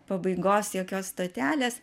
pabaigos jokios stotelės